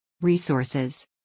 Resources